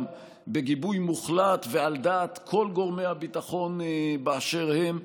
גם בגיבוי מוחלט ועל דעת כל גורמי הביטחון באשר הם.